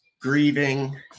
grieving